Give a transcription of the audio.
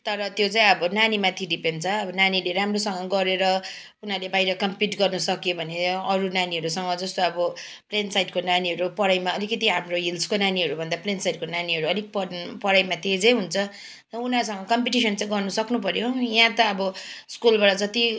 तर त्यो चाहिँ अब नानीमाथि डिपेन्ड छ अब नानीले राम्रोसँग गरेर उनीहरूले बाहिर कम्पिट गर्नसक्यो भने अरू नानीहरूसँग जस्तो अब प्लेन साइडको नानीहरू पढाइमा अलिकति अब हाम्रो हिल्सको नानीहरूभन्दा प्लेन्स साइडको नानीहरू अलिक पढ पढाइमा तेजै हुन्छ र उनीहरूसँग कम्पिटिसन चाहिँ गर्नु सक्नुपर्यो यहाँ त अब स्कुलबाट जति